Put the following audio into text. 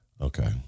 Okay